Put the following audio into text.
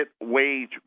wage